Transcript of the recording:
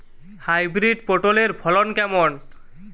Hybrid পটলের ফলন কেমন?